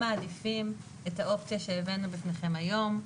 מעדיפים את האופציה שהבאנו בפניכם היום.